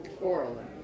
Oral